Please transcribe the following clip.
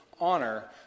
honor